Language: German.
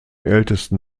ältesten